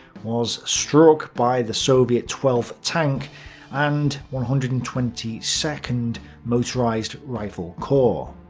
was struck by the soviet twelfth tank and one hundred and twenty second motorized rifle corps.